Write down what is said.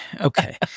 Okay